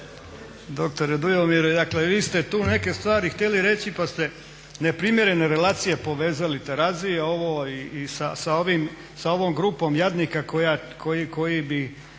doktore Dujomire, dakle vi ste tu neke stvari htjele reći pa ste neprimjerene relacije povezali, Terazija sa ovom grupom jadnika kojima